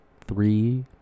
three